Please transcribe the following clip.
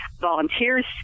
volunteers